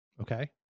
Okay